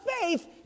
faith